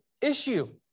issue